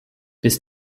bis